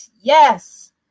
Yes